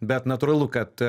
bet natūralu kad